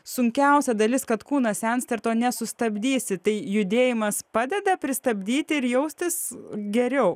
sunkiausia dalis kad kūnas sensta ir to nesustabdysi tai judėjimas padeda pristabdyti ir jaustis geriau